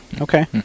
Okay